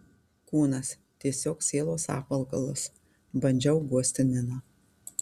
kūnas tiesiog sielos apvalkalas bandžiau guosti niną